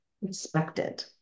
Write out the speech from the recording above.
respected